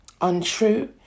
untrue